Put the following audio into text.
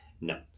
no